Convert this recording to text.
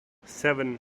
seven